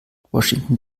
washington